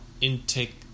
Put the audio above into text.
intake